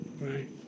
right